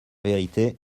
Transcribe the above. vérité